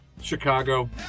Chicago